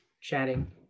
chatting